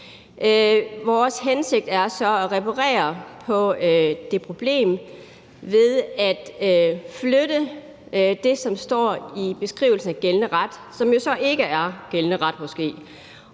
Vores hensigt er så at reparere på det problem ved at flytte det, som står i beskrivelsen af gældende ret – og som jo så måske ikke er gældende ret –